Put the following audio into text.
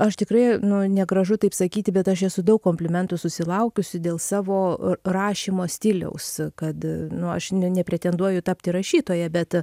aš tikrai nu negražu taip sakyti bet aš esu daug komplimentų susilaukusi dėl savo rašymo stiliaus kad nu aš nepretenduoju tapti rašytoja bet